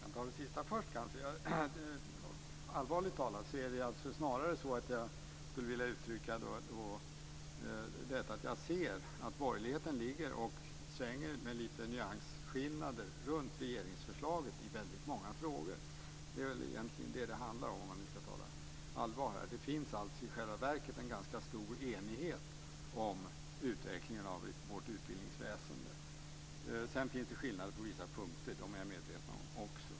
Fru talman! Jag tar det sista först. Allvarligt talat skulle jag snarare vilja uttrycka det så att jag ser att borgerligheten ligger och svänger med lite nyansskillnader runt regeringsförslaget i väldigt många frågor. Det är egentligen det som det handlar om. I själva verket finns det en ganska stor enighet om utvecklingen av vårt utbildningsväsende. Sedan finns det skillnader på vissa punkter, det är jag också medveten om.